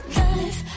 life